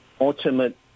ultimate